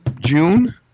June